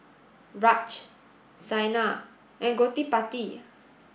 Raj Saina and Gottipati